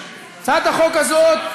הצעת החוק הזאת,